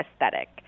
aesthetic